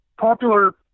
popular